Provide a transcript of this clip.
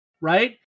right